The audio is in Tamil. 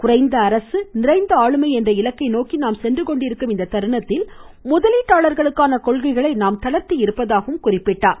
குறைந்த அரசு நிறைந்த ஆளுமை என்ற இலக்கை நோக்கி நாம் சென்றுகொண்டிருக்கும் இந்த தருணத்தில் முதலீட்டாளர்களுக்கான கொள்கைகளை நாம் தளர்த்தி இருப்பதாகவும் அவர் குறிப்பிட்டார்